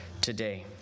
today